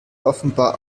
offenbar